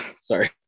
Sorry